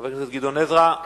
חבר הכנסת גדעון עזרא.